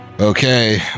Okay